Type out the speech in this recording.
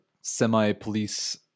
semi-police